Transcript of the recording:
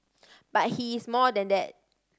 but he is more than that